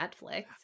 netflix